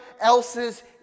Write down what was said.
else's